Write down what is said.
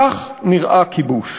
כך נראה כיבוש.